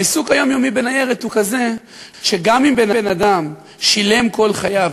העיסוק היומיומי בניירת הוא כזה שגם אם בן-אדם שילם כל חייו,